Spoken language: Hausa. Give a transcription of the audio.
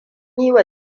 yiwa